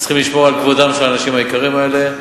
וצריכים לשמור על כבודם של האנשים היקרים האלה.